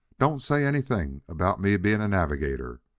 don't say anything about me being a navigator.